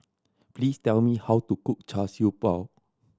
please tell me how to cook Char Siew Bao